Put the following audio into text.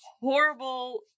horrible